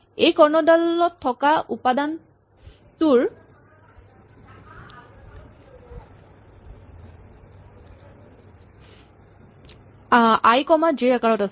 এই কৰ্ণডালত থকা উপাদানটোৰ আই কমা জে আকাৰত আছে